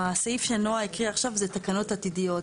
הסעיף שנעה הקריאה עכשיו זה תקנות עתידיות.